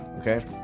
okay